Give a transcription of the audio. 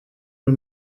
mir